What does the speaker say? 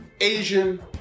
Asian